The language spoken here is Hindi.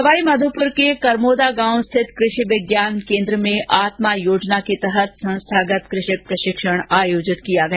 सवाईमाघोपुर के करमोदा गांव स्थित कृषि विज्ञान केन्द्र में आत्मा योजना के तहत संस्थागत कृषक प्रशिक्षण आयोजित किया गया